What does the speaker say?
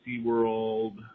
SeaWorld